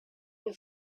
and